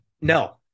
no